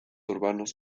urbanos